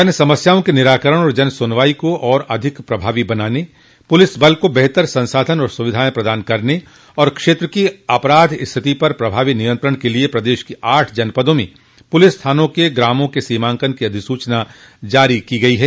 जन समस्याओं के निराकरण और जन सुनवाई को और अधिक प्रभावी बनाने पुलिस बल को बेहतर संसाधन एवं सुविधाएं प्रदान करने तथा क्षेत्र की अपराध स्थिति पर प्रभावी नियंत्रण के लिये प्रदेश के आठ जनपदों में पुलिस थानों के ग्रामों के सीमांकन की अधिसूचना जारी की गई है